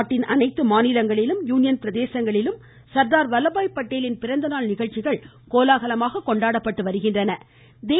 நாட்டின் அனைத்து மாநிலங்களிலும் யூனியன் பிரதேசங்களிலும் சர்தார் வல்லபாய் படேலின் பிறந்தநாள் நிகழ்ச்சிகள் கொண்டாடப்பட்டு வருகின்றன